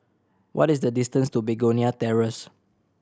what is the distance to Begonia Terrace